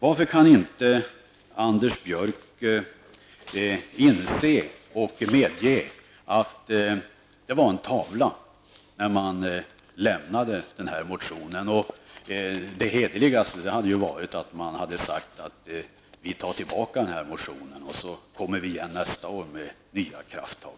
Varför kan inte Anders Björck inse och medge att det var en tavla när han väckte motionen? Det hederligaste hade ju varit att säga: Vi tar tillbaka den här motionen och kommer igen nästa år med nya krafttag.